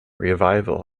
revival